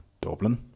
Dublin